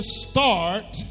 start